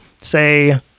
say